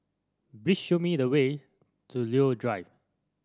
please show me the way to Leo Drive